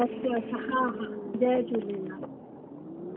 अछा अछा हा हा जय झूलेलाल